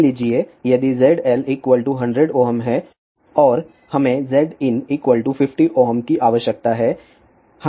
मान लीजिए यदि ZL 100 Ω है और हमें Zin 50 Ω की आवश्यकता है